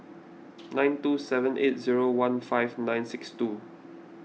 nine two seven eight zero one five nine six two